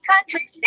country